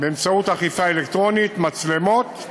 באמצעות אכיפה אלקטרונית, מצלמות.